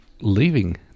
leaving